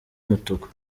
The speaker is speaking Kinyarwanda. mutuku